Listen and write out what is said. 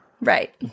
Right